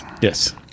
Yes